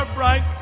right.